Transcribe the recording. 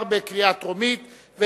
התש"ע 2010,